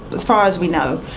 as far as we know.